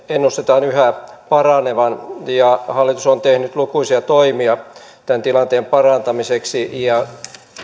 ennustetaan yhä paranevan hallitus on tehnyt lukuisia toimia tämän tilanteen parantamiseksi ja